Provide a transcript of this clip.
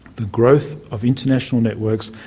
the growth of international networks,